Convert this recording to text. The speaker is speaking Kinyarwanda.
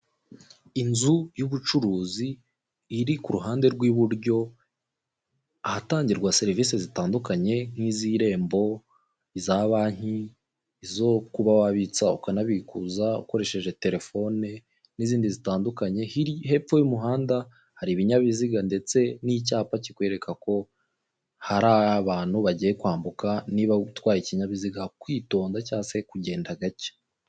Inzu y'ubucuruzi iri ku ruhande rw'iburyo ahatangirwa serivisi zitandukanye nk'iz'irembo, iza banki, izo kuba wabitsa ukanabikuza ukoresheje telefone n'izindi zitandukanye, hepfo y'umuhanda hari ibinyabiziga ndetse n'icyapa kikwereka ko hari abantu bagiye kwambuka, niba utwaye ikinyabiziga kwitonda cg se kugenda gake.